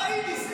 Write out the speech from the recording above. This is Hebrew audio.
תקין.